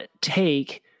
take